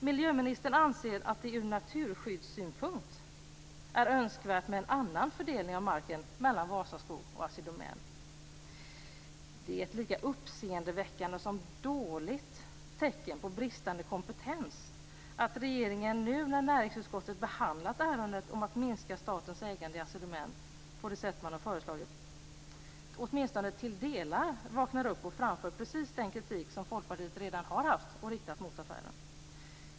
Miljöministern anser att det ur naturskyddssynpunkt är önskvärt med en annan fördelning av marken mellan Vasaskog och Assi Domän. Det är ett lika uppseendeväckande som dåligt tecken på bristande kompetens att regeringen nu när näringsutskottet behandlat ärendet om att minska statens ägande i Assi Domän åtminstone till delar vaknar upp och framför precis den kritik som Folkpartiet redan har haft och riktat mot affären.